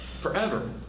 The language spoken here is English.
Forever